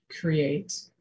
create